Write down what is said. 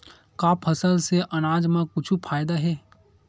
का फसल से आनाज मा कुछु फ़ायदा हे?